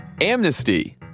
Amnesty